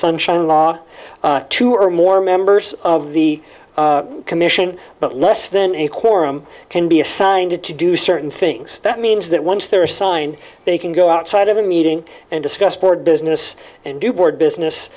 sunshine law two or more members of the commission but less than a quorum can be assigned to do certain things that means that once they're assigned they can go outside of a meeting and discuss board business and do board business